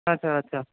ଆଚ୍ଛା ଆଚ୍ଛା